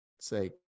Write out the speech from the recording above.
say